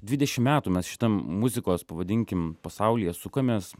dvidešim metų mes šitam muzikos pavadinkim pasaulyje sukamės